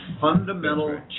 fundamental